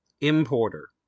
importer